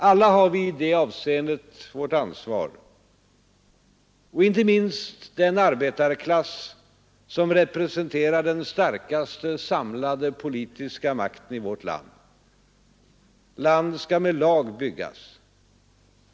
Alla har vi i det avseendet vårt ansvar och icke minst den arbetarkl as som representerar den starkaste samlade politiska makten i vårt land. Land skall med lag byggas.